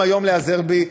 אפשר גם היום להיעזר בי,